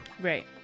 Right